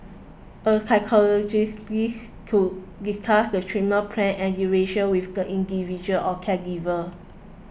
a physiotherapist would discuss the treatment plan and duration with the individual or caregiver